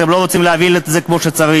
אתם לא רוצים להוביל את זה כמו שצריך.